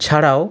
ছাড়াও